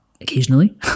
occasionally